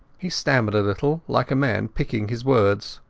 he stammered a little, like a man picking his words.